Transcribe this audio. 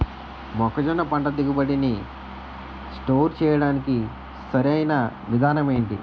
మొక్కజొన్న పంట దిగుబడి నీ స్టోర్ చేయడానికి సరియైన విధానం ఎంటి?